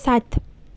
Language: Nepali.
सात